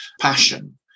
passion